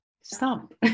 stop